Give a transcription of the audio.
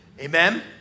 amen